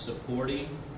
supporting